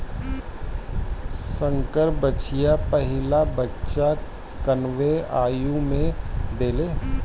संकर बछिया पहिला बच्चा कवने आयु में देले?